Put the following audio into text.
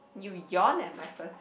you yawned at my first